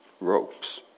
ropes